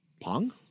Pong